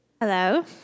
Hello